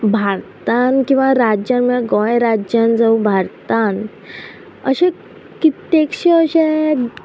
भारतान किंवां राज्यान म्हळ्यार गोंय राज्यान जावं भारतान अशें कित्येकशे